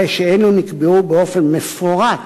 אלו נקבעו באופן מפורט